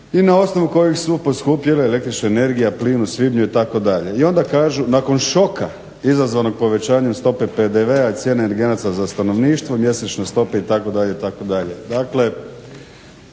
i na osnovu kojih su poskupjele el.energija, plin u svibnju itd. I onda kažu nakon štoka izazvanog povećanje stope PDV-a i cijene energenata za stanovništvo, mjesečne stope itd.,